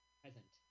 present